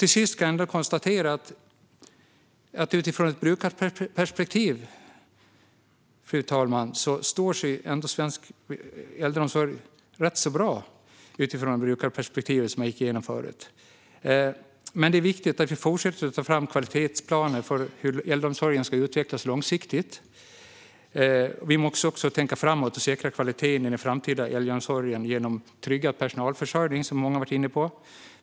Till sist kan jag konstatera att utifrån ett brukarperspektiv, som jag gick igenom förut, står sig svensk äldreomsorg ändå rätt bra, fru talman. Det är dock viktigt att vi fortsätter att ta fram kvalitetsplaner för hur äldreomsorgen ska utvecklas långsiktigt. Vi måste också tänka framåt och säkra kvaliteten i den framtida äldreomsorgen. Det handlar om tryggad personalförsörjning, vilket många har varit inne på.